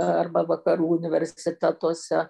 arba vakarų universitetuose